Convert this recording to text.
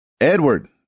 Edward